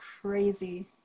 crazy